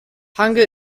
hunger